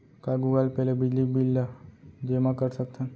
का Google Pay ले बिजली बिल ल जेमा कर सकथन?